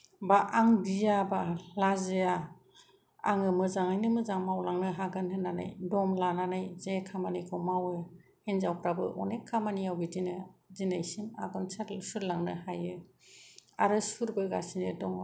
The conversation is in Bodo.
बा आं गियाबा लाजिया आङो मोजाङैनो मोजां मावलांनो हागोन होननानै दम लानानै जे खामानिखौ मावो हिनजावफोराबो अनेख खामानियाव बिदिनो दिनैसिम आगान सुरलांनो हायो आरो सुरबोगासिनो दंङ